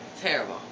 Terrible